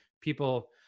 people